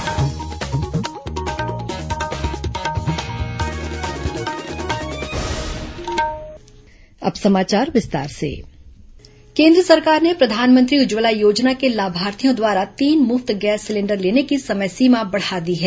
cabinet निर्णय केन्द्र सरकार ने प्रधानमंत्री उज्ज्वला योजना के लाभार्थियों द्वारा तीन मुफ्त गैस सिलेंडर लेने की समय सीमा बढ़ा दी है